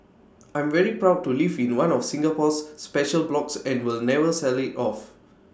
I'm very proud to live in one of Singapore's special blocks and will never sell IT off